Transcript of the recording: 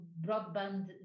broadband